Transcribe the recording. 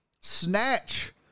snatch